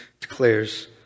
declares